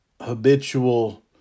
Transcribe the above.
habitual